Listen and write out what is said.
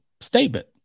statement